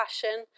passion